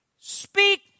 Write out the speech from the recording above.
Speak